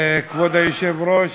כבוד היושב-ראש,